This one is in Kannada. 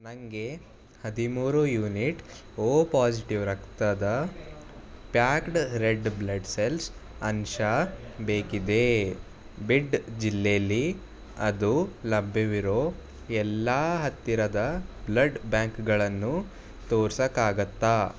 ನನಗೆ ಹದಿಮೂರು ಯೂನಿಟ್ ಓ ಪಾಸಿಟಿವ್ ರಕ್ತದ ಪ್ಯಾಕ್ಡ್ ರೆಡ್ ಬ್ಲಡ್ ಸೆಲ್ಸ್ ಅಂಶ ಬೇಕಿದೆ ಬಿಡ್ ಜಿಲ್ಲೆಲ್ಲಿ ಅದು ಲಭ್ಯವಿರೋ ಎಲ್ಲ ಹತ್ತಿರದ ಬ್ಲಡ್ ಬ್ಯಾಂಕ್ಗಳನ್ನು ತೋರ್ಸೋಕ್ಕಾಗುತ್ತಾ